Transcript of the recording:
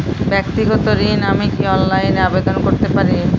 ব্যাক্তিগত ঋণ আমি কি অনলাইন এ আবেদন করতে পারি?